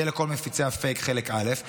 זה לכל מפיצי הפייק חלק א'.